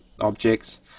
objects